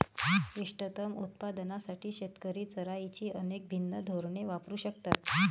इष्टतम उत्पादनासाठी शेतकरी चराईची अनेक भिन्न धोरणे वापरू शकतात